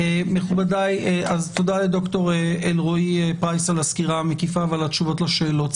תודה לד"ר אלרעי-פרייס על הסקירה המקיפה ועל התשובות לשאלות.